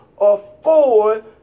afford